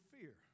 fear